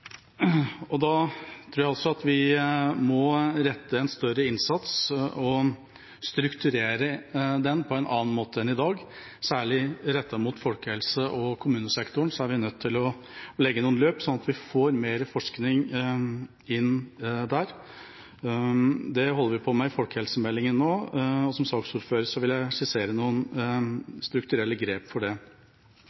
Jeg tror vi må rette en større innsats – og strukturere den på en annen måte enn i dag – mot særlig folkehelse og kommunesektoren, og vi er nødt til å legge noen løp så vi får mer forskning inn der. Det holder vi på med i forbindelse med folkehelsemeldingen nå, og som saksordfører vil jeg skissere noen strukturelle grep for det.